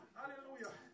hallelujah